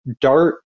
DART